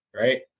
Right